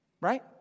right